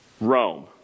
Rome